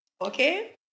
Okay